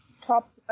top